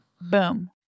Boom